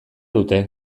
dute